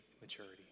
maturity